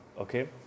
okay